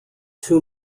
too